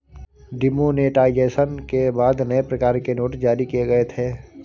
demonetisation के बाद नए प्रकार के नोट जारी किए गए थे